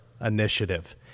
Initiative